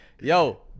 Yo